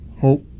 hope